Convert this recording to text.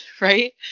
Right